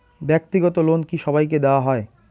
ব্যাক্তিগত লোন কি সবাইকে দেওয়া হয়?